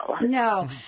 No